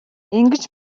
ингэж